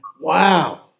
Wow